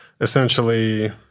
essentially